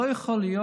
לא יכול להיות